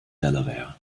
delaware